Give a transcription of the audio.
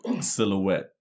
silhouette